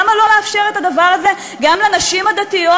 למה לא לאפשר את הדבר הזה גם לנשים הדתיות?